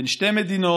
בין שתי מדינות.